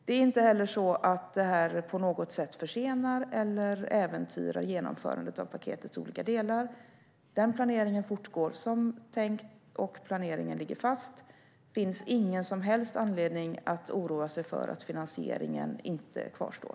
Det är inte heller så att detta på något sätt försenar eller äventyrar genomförandet av paketets olika delar. Den planeringen fortgår som tänkt, och planeringen ligger fast. Det finns ingen som helst anledning att oroa sig för att finansieringen inte kvarstår.